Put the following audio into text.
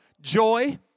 joy